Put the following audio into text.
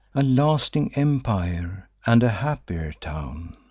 a lasting empire, and a happier town.